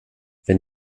wenn